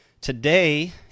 today